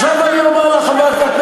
אף אחד לא חושב כך.